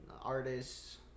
artists